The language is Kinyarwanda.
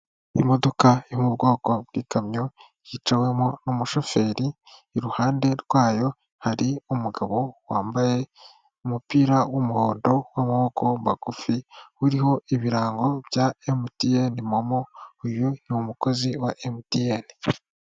Imodoka yo mu bwoko bw'ikamyo yicawemo n'umushoferi, iruhande rwayo hari umugabo wambaye umupira w'umuhondo w'amaboko magufi, uriho ibirango bya MTN momo uyu ni umukozi wa MTN.